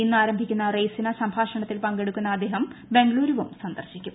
ഇന്ന് ആരംഭിക്കുന്ന റെയ്സിന സംഭാഷണത്തിൽ പങ്കെടുക്കുന്ന അദ്ദേഹം ബംഗളുരുവും സന്ദൂർശിക്കും